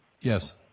Yes